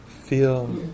feel